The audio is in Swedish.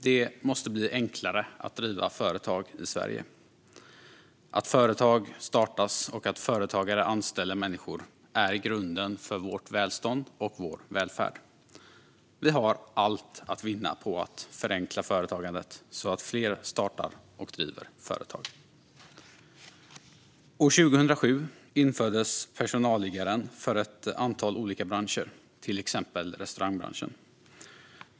Det måste bli enklare att driva företag i Sverige. Att företag startas och att företagare anställer människor är grunden för vårt välstånd och vår välfärd. Vi har allt att vinna på att förenkla företagandet så att fler startar och driver företag. År 2007 infördes personalliggaren för ett antal olika branscher, till exempel restaurangbranschen.